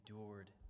endured